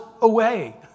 away